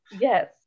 yes